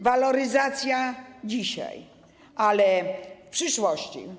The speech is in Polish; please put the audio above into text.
Waloryzacja dzisiaj, ale w przyszłości.